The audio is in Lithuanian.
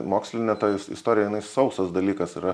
mokslinė ta is istorija jinai sausas dalykas yra